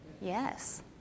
Yes